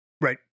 Right